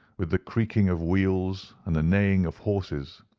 with the creaking of wheels and the neighing of horses.